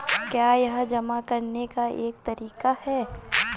क्या यह जमा करने का एक तरीका है?